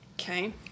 Okay